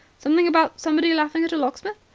something about somebody laughing at a locksmith?